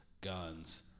guns